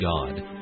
God